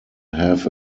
have